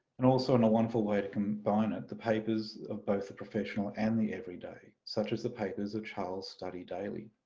and also and a wonderful way to combine it, the papers of both the professional and the everyday such as the papers of charles studdy daley.